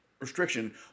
restriction